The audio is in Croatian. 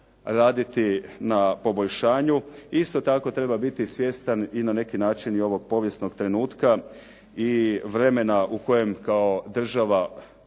raditi na poboljšanju. Isto tako treba biti svjestan i na neki način i ovog povijesnog trenutka i vremena u kojem kao država